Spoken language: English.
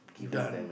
done